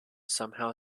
somehow